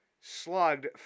slugged